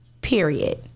Period